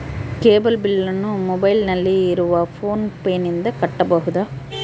Cable ಬಿಲ್ಲನ್ನು ಮೊಬೈಲಿನಲ್ಲಿ ಇರುವ ಫೋನ್ ಪೇನಿಂದ ಕಟ್ಟಬಹುದಾ?